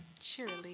cheerily